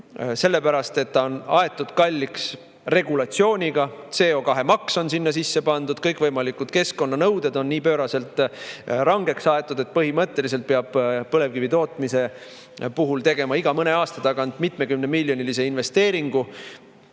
sellepärast, et see on regulatsiooniga kalliks aetud, CO2‑maks on sinna sisse pandud, kõikvõimalikud keskkonnanõuded on aetud nii pööraselt rangeks, et põhimõtteliselt peab põlevkivi tootmise puhul tegema iga mõne aasta tagant mitmekümnemiljonilise investeeringu.